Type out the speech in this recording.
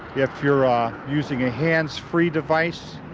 if you're ah using a hands-free device,